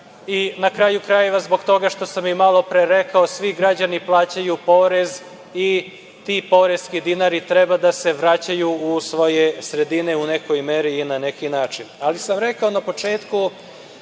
i, na kraju krajeva, zbog toga što sam i malo pre rekao – svi građani plaćaju porez i ti poreski dinari treba da se vraćaju u svoje sredine u nekoj meri i na neki način. Ali, rekao sam na početku